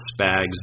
Spags